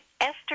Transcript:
Esther